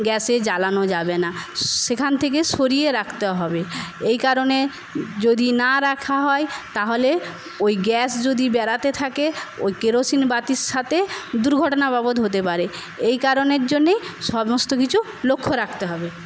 গ্যাসে জ্বালানো যাবে না সেখান থেকে সরিয়ে রাখতে হবে এই কারণে যদি না রাখা হয় তাহলে ওই গ্যাস যদি বেরোতে থাকে ওই কেরোসিন বাতির সাথে দুর্ঘটনা বাবদ হতে পারে এই কারণের জন্যেই সমস্ত কিছু লক্ষ্য রাখতে হবে